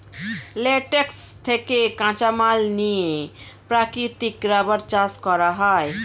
latex থেকে কাঁচামাল নিয়ে প্রাকৃতিক রাবার চাষ করা হয়